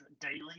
Daily